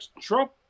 Trump